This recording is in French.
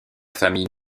famille